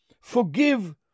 forgive